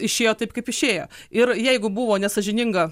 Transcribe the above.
išėjo taip kaip išėjo ir jeigu buvo nesąžininga